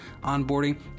onboarding